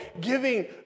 giving